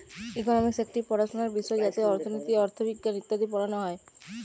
economics একটি পড়াশোনার বিষয় যাতে অর্থনীতি, অথবিজ্ঞান ইত্যাদি পড়ানো হয়